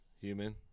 human